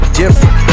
different